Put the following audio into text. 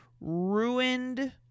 ruined